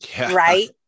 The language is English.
right